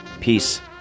Peace